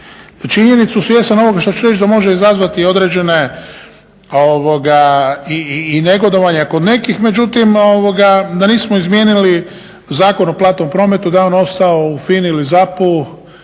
činjenicu, svjestan ovoga što ću reći da može izazvati određene i negodovanja kod nekih, međutim, da nismo izmijenili Zakon o platnom prometu, da je on ostao u FINA-e ili ZAP-u